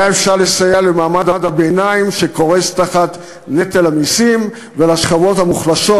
היה אפשר לסייע למעמד הביניים שקורס תחת נטל המסים ולשכבות המוחלשות,